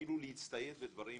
למנהלים, אפילו להצטייד בדברים